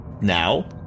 Now